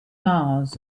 mars